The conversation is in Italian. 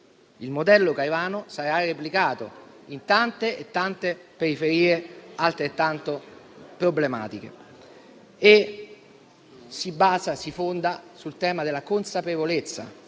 Il modello Caivano sarà replicato in tante e tante periferie altrettanto problematiche. Si fonda sul tema della consapevolezza